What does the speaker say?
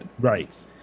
Right